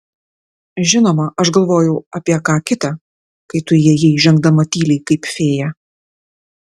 žinoma aš galvojau apie ką kita kai tu įėjai žengdama tyliai kaip fėja